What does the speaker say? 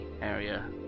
area